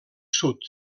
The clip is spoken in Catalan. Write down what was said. sud